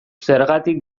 zergatik